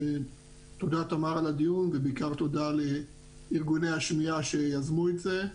תודה תמר על הדיון ובעיקר תודה לארגוני השמיעה שיזמו את זה.